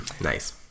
Nice